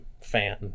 fan